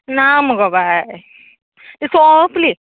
ना मुगो बाय सोंपली